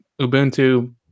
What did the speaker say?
Ubuntu